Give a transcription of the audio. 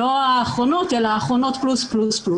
האחרונות פלוס פלוס,